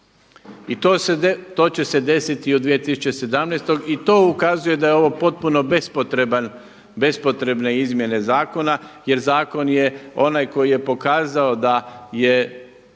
I to će se desiti i u 2017., i to ukazuje da je ovo potpuno bespotrebne izmjene zakona jer zakon je onaj koji je pokazao da